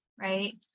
right